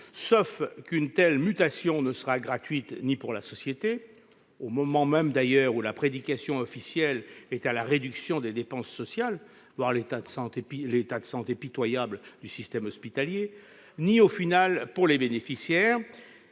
Sauf qu'une telle mutation ne sera gratuite ni pour la société- au moment même où la prédication officielle est à la réduction des dépenses sociales, voir l'état pitoyable du système hospitalier -, ni finalement pour les bénéficiaires.